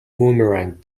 boomerang